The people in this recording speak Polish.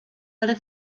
ale